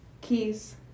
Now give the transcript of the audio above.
Keys